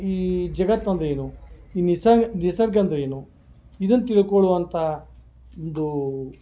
ಈ ಜಗತ್ತು ಅಂದರೆ ಏನು ಈ ನಿಸಗ ನಿಸರ್ಗ ಅಂದರೆ ಏನು ಇದನ್ನು ತಿಳ್ಕೊಳ್ಳುವಂಥ ಒಂದು